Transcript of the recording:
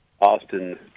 Austin